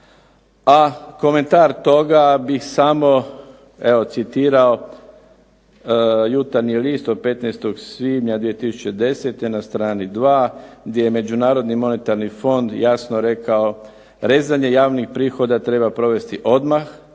a komentar toga bih samo evo citirao "Jutarnji list" od 15. svibnja 2010. na str. 2. gdje je MMF jasno rekao: "Rezanje javnih prihoda treba provesti odmah,